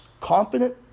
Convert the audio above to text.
confident